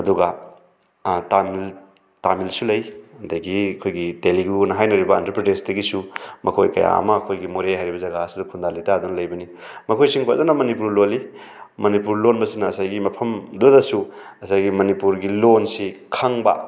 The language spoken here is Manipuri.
ꯑꯗꯨꯒ ꯇꯥꯃꯤꯜ ꯇꯥꯃꯤꯜꯁꯨ ꯂꯩ ꯑꯗꯒꯤ ꯑꯩꯈꯣꯏꯒꯤ ꯇꯦꯂꯤꯒꯨ ꯑꯅ ꯍꯥꯏꯅꯔꯤꯕ ꯑꯟꯗ꯭ꯔ ꯄ꯭ꯔꯗꯦꯁꯇꯒꯤꯁꯨ ꯃꯈꯣꯏ ꯀꯌꯥ ꯑꯃ ꯑꯩꯈꯣꯏꯒꯤ ꯃꯣꯔꯦ ꯍꯥꯏꯔꯤꯕ ꯖꯒꯥ ꯑꯁꯤꯗ ꯈꯨꯟꯗꯥ ꯂꯩꯇꯥꯗꯨꯅ ꯂꯩꯕꯅꯤ ꯃꯈꯣꯏꯁꯤꯡ ꯐꯖꯅ ꯃꯅꯤꯄꯨꯔ ꯂꯣꯜꯂꯤ ꯃꯅꯤꯄꯨꯔ ꯂꯣꯟꯕꯁꯤꯅ ꯉꯁꯥꯏꯒꯤ ꯃꯐꯝꯗꯨꯗꯁꯨ ꯉꯁꯥꯏꯒꯤ ꯃꯅꯤꯄꯨꯔꯒꯤ ꯂꯣꯟꯁꯤ ꯈꯪꯕ